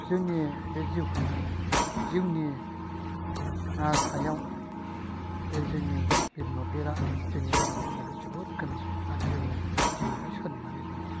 जोंनि बे जिउ खांनाय जिउनि सायाव बे जोंनि बे मोब्लिबा जोंनि राहानि थाखायबो जोबोद गोनां आरो जोंनि जिउआव बे सोनानै दङ